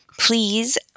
Please